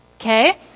okay